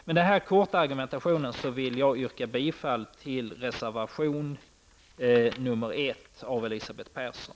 Med denna korta argumentation yrkar jag bifall till reservation nr 1 av Elisabeth Persson.